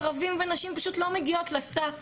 ערבים ונשים פשוט לא מגיעים לסף,